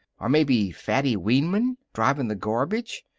or maybe fatty weiman, driving the garbage.